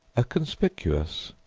a conspicuous,